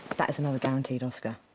that is another guaranteed oscar.